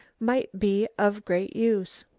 might be of great use.